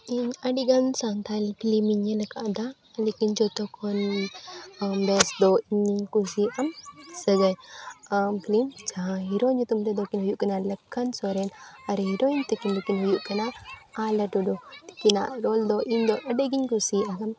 ᱤᱧ ᱟᱹᱰᱤᱜᱟᱱ ᱥᱟᱱᱛᱷᱟᱞᱤ ᱯᱷᱤᱞᱤᱢᱤᱧ ᱧᱮᱞ ᱠᱟᱫᱟ ᱞᱮᱠᱤᱱ ᱡᱚᱛᱚᱠᱷᱚᱱ ᱵᱮᱥ ᱫᱚ ᱤᱧᱤᱧ ᱠᱩᱥᱤᱭᱟᱜᱼᱟ ᱥᱟᱹᱜᱟᱭ ᱱᱟᱣᱟ ᱯᱷᱤᱞᱤᱢ ᱡᱟᱦᱟᱸ ᱦᱤᱨᱳ ᱧᱩᱛᱩᱢ ᱛᱮᱫᱚᱠᱤᱱ ᱦᱩᱭᱩᱜ ᱠᱟᱱᱟ ᱞᱚᱠᱠᱷᱚᱱ ᱥᱚᱨᱮᱱ ᱟᱨ ᱦᱤᱨᱳᱭᱤᱱ ᱛᱟᱹᱠᱤᱱ ᱫᱚᱠᱤᱱ ᱦᱩᱭᱩᱜ ᱠᱟᱱᱟ ᱟᱦᱞᱟ ᱴᱩᱰᱩ ᱛᱤᱠᱤᱱᱟᱜ ᱨᱳᱞ ᱫᱚ ᱤᱧ ᱫᱚ ᱟᱹᱰᱤᱜᱤᱧ ᱠᱩᱥᱤᱭᱟᱜ ᱠᱟᱱᱟ